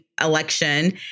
election